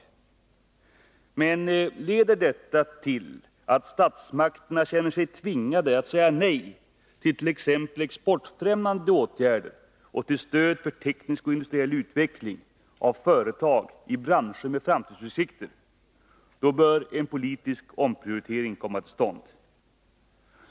Men leder detta till att statsmakterna känner sig tvingade att säga nej exempelvis till exportfrämjande åtgärder och till stöd för teknisk och industriell utveckling av företag i branscher med framtidsutsikter, då bör en politisk omprioritering komma till stånd.